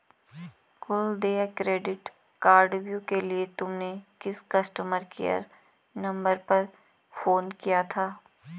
कुल देय क्रेडिट कार्डव्यू के लिए तुमने किस कस्टमर केयर नंबर पर फोन किया था?